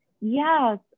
Yes